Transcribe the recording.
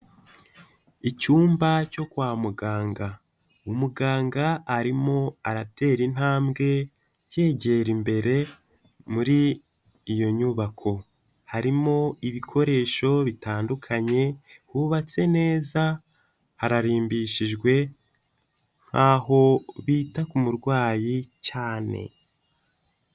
Icyumba cyo kwa muganga, umuganga arimo aratera intambwe yegera imbere muri iyo nyubako, harimo ibikoresho bitandukanye, hubatse neza hararimbishijwe nk'aho bita ku kumurwayi cyane.